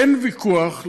אין ויכוח,